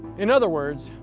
in other words,